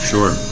Sure